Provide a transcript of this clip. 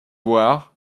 war